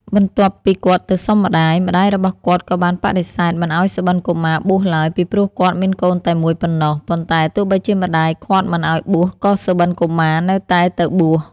បន្តាប់ពីគាត់ទៅសុំម្តាយ ម្តាយរបស់គាត់ក៏បានបដិសេធមិនអោយសុបិន្តកុមារបួសឡើយ ពីព្រោះគាត់មានកូនតែមួយប៉ុណ្នោះ ប៉ុន្តែទោះបីជាម្តាយឃាត់មិនអោយបួសក៏សុបិន្តកុមាននៅតែទៅបួស។